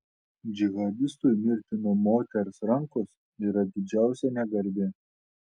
džihadistui mirti nuo moters rankos yra didžiausia negarbė